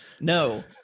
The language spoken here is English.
No